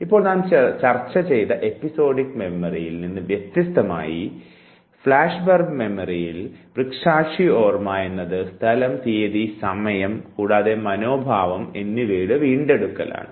ഇപ്പോൾ നാം ചർച്ച ചെയ്ത എപ്പിസോഡിക് ഓർമ്മയിൽ നിന്ന് വ്യത്യസ്തമായി ഫ്ലാഷ് ബൾബ് ഓർമ്മയിലെ ദൃക്സാക്ഷി ഓർമ്മ എന്നത് സ്ഥലം തീയതി സമയം കൂടാതെ മനോഭാവം എന്നിവയുടെ വീണ്ടെടുക്കലാണ്